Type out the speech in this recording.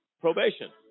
probation